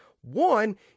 One